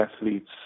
athletes